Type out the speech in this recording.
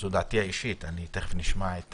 זו דעתי האישית; תכף נשמע את